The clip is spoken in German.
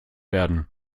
werden